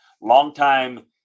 longtime